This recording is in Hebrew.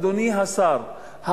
אדוני השר,